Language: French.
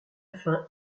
fin